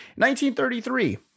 1933